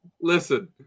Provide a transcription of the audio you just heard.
listen